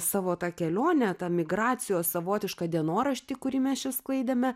savo tą kelionę tą migracijos savotišką dienoraštį kurį mes čia sklaidėme